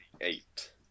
eight